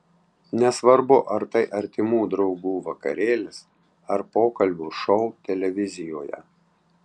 nesvarbu ar tai artimų draugų vakarėlis ar pokalbių šou televizijoje